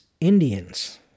Indians